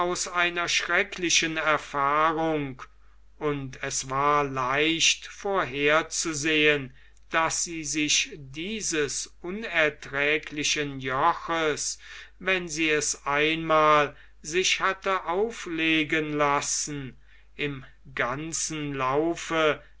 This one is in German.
einer schrecklichen erfahrung und es war leicht vorherzusehen daß sie sich dieses unerträglichen joches wenn sie es einmal sich hatte auflegen lassen im ganzen laufe